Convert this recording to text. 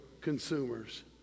consumers